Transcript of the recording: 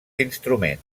instruments